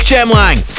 Gemlang